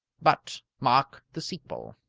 but mark the sequel.